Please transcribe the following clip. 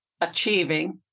achieving